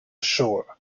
shore